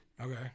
Okay